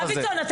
דוידסון,